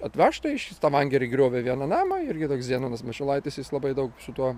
atvežta iš stavangery griovė vieną namą irgi toks zenonas mačiulaitis jis labai daug su tuo